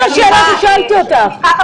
סליחה,